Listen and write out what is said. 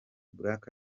black